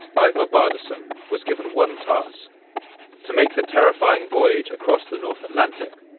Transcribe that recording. ivar bardason was given one task to make the terrifying voyage across the north atlantic,